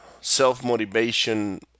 self-motivation